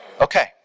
Okay